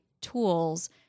tools